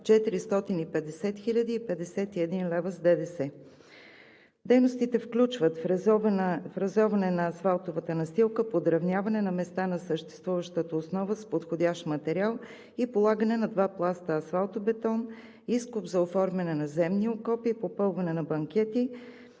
хил. 051 лв. с ДДС. Дейностите включват: фрезоване на асфалтовата настилка, подравняване на места на съществуващата основа с подходящ материал и полагане на два пласта асфалтобетон, изкоп за оформяне на земни окопи, попълване на банкети.